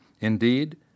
Indeed